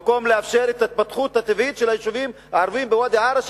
במקום לאפשר את ההתפתחות הטבעית של היישובים הערביים בוואדי-עארה,